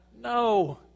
No